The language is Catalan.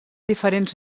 diferents